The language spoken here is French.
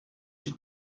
j’ai